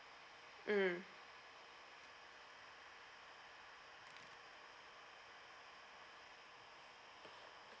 mm